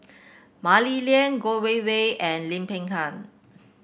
Mah Li Lian Geo Wei Wei and Lim Peng Han